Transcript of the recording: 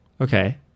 Okay